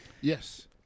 Yes